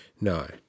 No